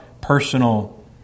personal